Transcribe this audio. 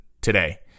today